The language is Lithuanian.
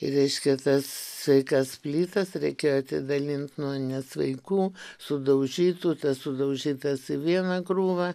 ir reiškia tas sveikas plytas reikia atidalint nuo nesveikų sudaužytų tas sudaužytas į vieną krūvą